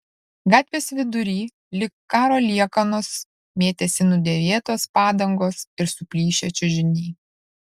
gatvės vidury lyg karo liekanos mėtėsi nudėvėtos padangos ir suplyšę čiužiniai